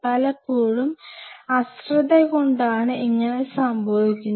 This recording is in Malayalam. പലപ്പോഴും അശ്രദ്ധ കൊണ്ടാണ് അങ്ങനെ സംഭവിക്കുന്നത്